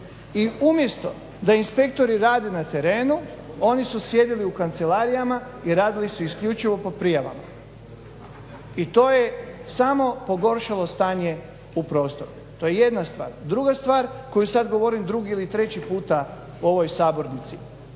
i umjesto da inspektori rade na terenu oni su sjedili u kancelarijama i radili su isključivo po prijavama. I to je samo pogoršalo stanje u prostoru, to je jedna stvar. Druga stvar koju sada govorim drugi ili treći puta u ovoj sabornici,